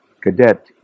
cadet